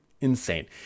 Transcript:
Insane